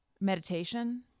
meditation